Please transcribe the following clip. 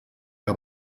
que